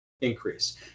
increase